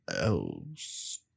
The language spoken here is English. else